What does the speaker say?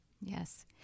Yes